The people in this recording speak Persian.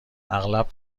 اغلب